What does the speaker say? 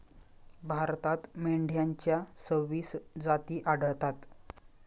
भारतात मेंढ्यांच्या सव्वीस जाती आढळतात